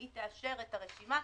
והיא תאשר את הרשימה,